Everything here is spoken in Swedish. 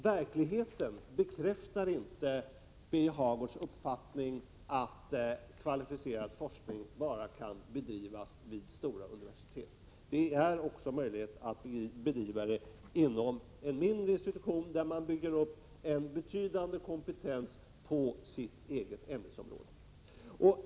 Verkligheten bekräftar inte Birger Hagårds uppfattning att kvalificerad forskning kan bedrivas bara vid stora universitet. Det är möjligt att bedriva sådan forskning vid en mindre institution, där man bygger upp en betydande kompetens på sitt eget ämnesområde.